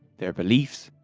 their beliefs,